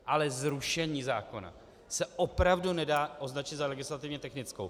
Ale zrušení zákona se opravdu nedá označit za legislativně technickou.